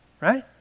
right